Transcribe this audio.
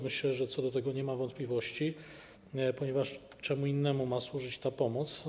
Myślę, że co do tego nie ma wątpliwości, ponieważ czemu innemu ma służyć ta pomoc?